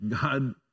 God